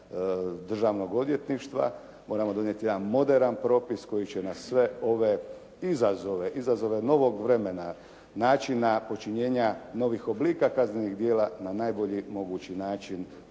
Državnog odvjetništva. Moramo donijeti jedan moderan propis koji će na sve ove izazove, izazove novog vremena, način počinjenja novih oblika kaznenih djela na najbolji mogući način